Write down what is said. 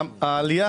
תודה רבה.